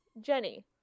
Jenny